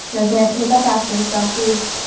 doesn't pick up after herself, leaves.